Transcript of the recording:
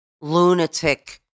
lunatic